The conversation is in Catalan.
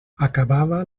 acabava